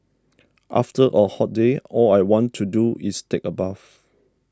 after a hot day all I want to do is take a bath